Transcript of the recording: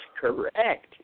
correct